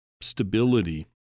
stability